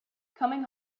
coming